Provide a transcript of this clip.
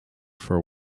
for